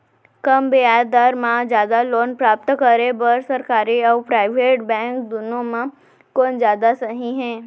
कम ब्याज दर मा जादा लोन प्राप्त करे बर, सरकारी अऊ प्राइवेट बैंक दुनो मा कोन जादा सही हे?